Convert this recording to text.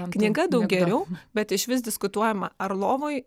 knyga daug geriau bet išvis diskutuojama ar lovoj